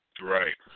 Right